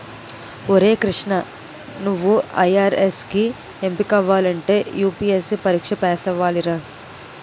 ఒరే కృష్ణా నువ్వు ఐ.ఆర్.ఎస్ కి ఎంపికవ్వాలంటే యూ.పి.ఎస్.సి పరీక్ష పేసవ్వాలిరా